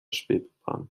schwebebahn